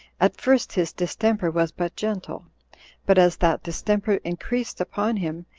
at first his distemper was but gentle but as that distemper increased upon him,